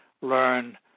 learn